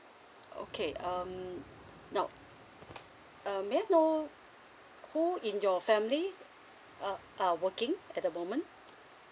okay um now uh may I know who in your family uh are working at the moment